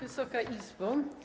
Wysoka Izbo!